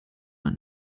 mal